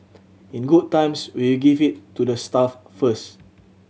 in good times we give it to the staff first